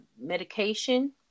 medication